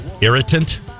Irritant